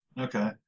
Okay